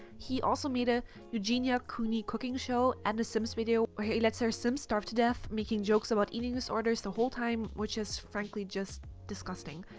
he also made a eugenia cooney cooking show and a sims video where he lets her sim starve to death, making jokes about eating disorders the whole time, which is frankly just. disgusting.